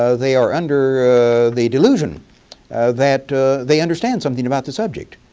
so they are under the delusion that they understand something about the subject.